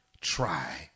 try